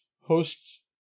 hosts